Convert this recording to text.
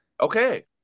Okay